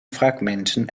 fragmenten